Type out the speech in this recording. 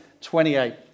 28